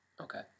Okay